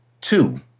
Two